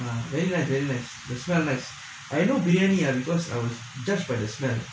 very nice very nice the smell ncie I know biryani ah just by the smell